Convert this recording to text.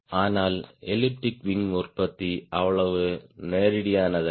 ஆனால் elliptic wing உற்பத்தி அவ்வளவு நேரடியானதல்ல